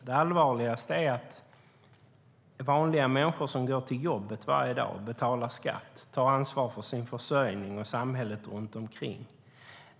Det allvarligaste är att de vanliga människor som går till jobbet varje dag, betalar skatt, tar ansvar för sin försörjning och samhället runt omkring drabbas.